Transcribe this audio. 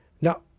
now